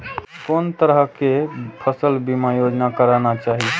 कोन तरह के फसल बीमा योजना कराना चाही?